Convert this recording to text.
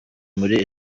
muri